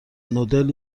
نودل